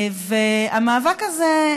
המאבק הזה,